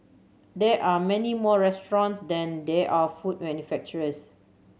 there are many more restaurants than there are food manufacturers